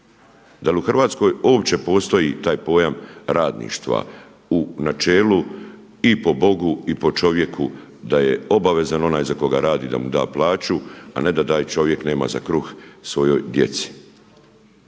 Da li u Hrvatskoj uopće postoji taj pojam radništva u načelu i po Bogu i po čovjeku, da je obavezan onaj za koga radi da mu da plaću a ne da taj čovjek nema za kruh svojoj djeci.